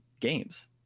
games